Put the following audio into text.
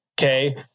okay